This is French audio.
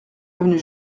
avenue